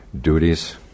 duties